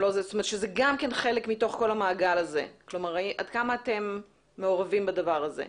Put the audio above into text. שזה גם כן חלק מתוך המעגל הזה עד כמה אתם מעורבים בדבר הזה?